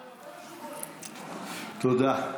תודה.